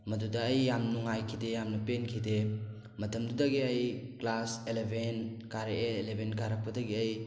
ꯃꯗꯨꯗ ꯑꯩ ꯌꯥꯝ ꯅꯨꯡꯉꯥꯏꯈꯤꯗꯦ ꯌꯥꯝꯅ ꯄꯦꯟꯈꯤꯗꯦ ꯃꯇꯝꯗꯨꯗꯒꯤ ꯑꯩ ꯀ꯭ꯂꯥꯁ ꯑꯦꯂꯕꯦꯟ ꯀꯥꯔꯛꯑꯦ ꯑꯦꯂꯕꯦꯟ ꯀꯥꯔꯛꯄꯒꯤ ꯑꯩ